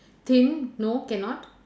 thin no cannot